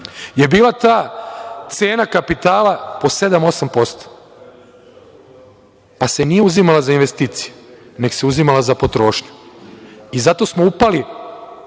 je ta cena kapitala po 7-8%, pa se nije uzimala za investicije, nego se uzimala za potrošnju. Zato smo upali